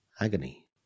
agony